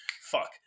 Fuck